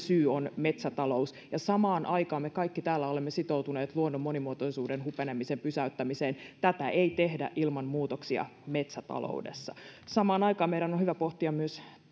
on metsätalous samaan aikaan me kaikki täällä olemme sitoutuneet luonnon monimuotoisuuden hupenemisen pysäyttämiseen tätä ei tehdä ilman muutoksia metsätaloudessa samaan aikaan meidän on hyvä pohtia myös